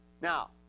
Now